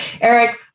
Eric